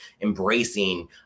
embracing